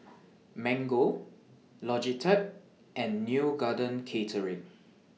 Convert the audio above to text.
Mango Logitech and Neo Garden Catering